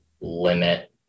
limit